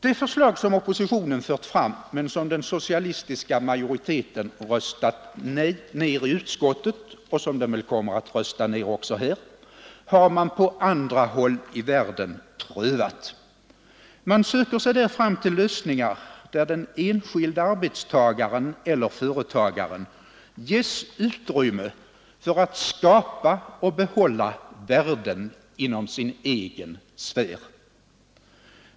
De förslag som oppositionen fört fram men som den socialistiska majoriteten röstat ner i utskottet och väl kommer att rösta ner också här i kammaren har prövats på andra håll i världen. Man söker sig där fram till lösningar där den enskilde arbetstagaren eller företagaren ges utrymme för att skapa och behålla värden inom sin egen sfär.